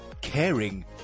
caring